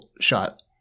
shot